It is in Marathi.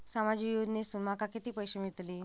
सामाजिक योजनेसून माका किती पैशे मिळतीत?